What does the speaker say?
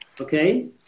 Okay